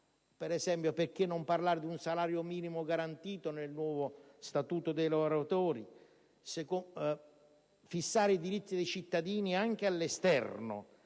per esempio, perché non parlare di un salario minimo garantito nel nuovo Statuto dei lavoratori?. Occorre fissare i diritti dei cittadini anche all'esterno